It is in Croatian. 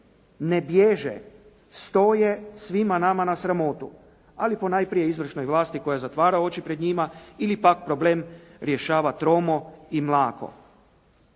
ne bježe, stoje svima nama na sramotu a ponajprije izvršnoj vlasti koja zatvara oči pred njima ili pak problem rješava tromo i mlako.